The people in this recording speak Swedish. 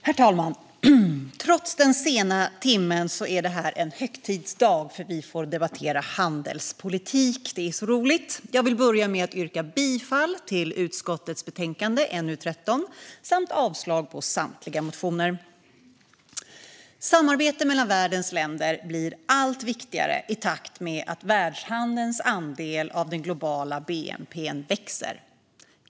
Herr talman! Trots den sena timmen är det här en högtidsdag eftersom vi får debattera handelspolitik, och det är så roligt! Jag vill börja med att yrka bifall till utskottets förslag i utskottets betänkande NU13 samt avslag på samtliga motioner. Samarbete mellan världens länder blir allt viktigare i takt med att världshandelns andel av den globala bnp:n växer.